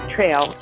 Trail